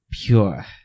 pure